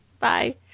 Bye